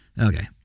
Okay